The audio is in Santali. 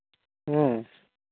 ᱦᱩᱸ